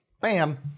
bam